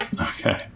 Okay